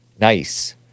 Nice